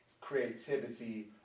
creativity